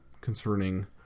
concerning